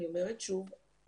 אני אומרת שוב,